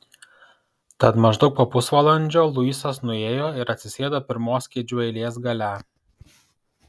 tad maždaug po pusvalandžio luisas nuėjo ir atsisėdo pirmos kėdžių eilės gale